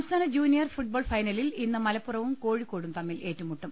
സംസ്ഥാന junior football ഫൈനലിൽ ഇന്ന് മലപ്പുറവും കോഴിക്കോടും തമ്മിൽ ഏറ്റുമുട്ടും